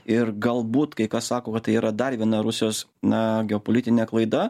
ir galbūt kai kas sako va tai yra dar viena rusijos na geopolitine klaida